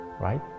Right